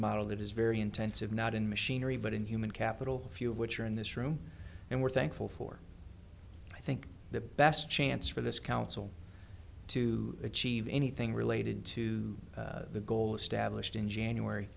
model that is very intensive not in machinery but in human capital few of which are in this room and we're thankful for i think the best chance for this council to achieve anything related to the goal established in january